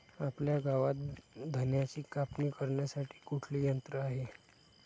आपल्या गावात धन्याची कापणी करण्यासाठी कुठले यंत्र आहे?